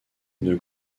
une